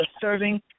serving